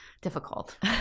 difficult